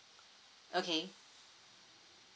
okay